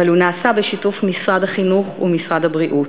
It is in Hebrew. אבל הוא נעשה בשיתוף משרד החינוך ומשרד הבריאות.